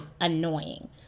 annoying